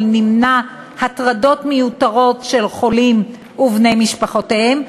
נמנע הטרדות מיותרות של חולים ובני משפחותיהם,